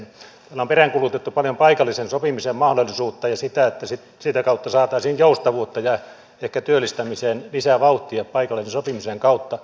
täällä on peräänkuulutettu paljon paikallisen sopimisen mahdollisuutta ja sitä että sitä kautta saataisiin joustavuutta ja ehkä työllistämiseen lisää vauhtia paikallisen sopimisen kautta